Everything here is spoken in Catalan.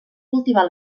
cultivar